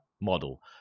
model